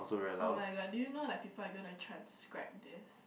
[oh]-my-god do you know like people are gonna to transcribe this